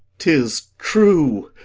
tis true.